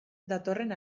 datorren